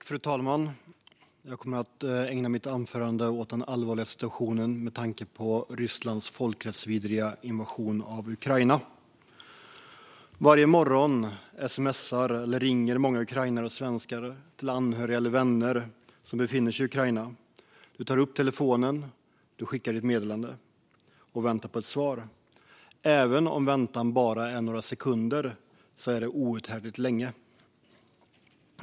Fru talman! Jag kommer i mitt anförande att tala om den allvarliga situationen med tanke på Rysslands folkrättsvidriga invasion av Ukraina. Varje morgon sms:ar eller ringer många ukrainare och svenskar till anhöriga eller vänner som befinner sig i Ukraina. Man tar upp telefonen, skickar ett meddelande och väntar på ett svar. Även om väntan bara är några sekunder är den outhärdligt lång.